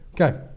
okay